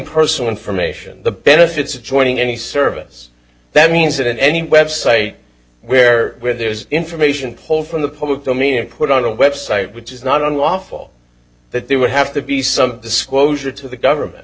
personal information the benefits of joining any service that means that in any website where where there is information pulled from the public to me and put on a website which is not unlawful that there would have to be some disclosure to the government